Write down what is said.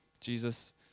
Jesus